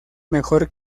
mejor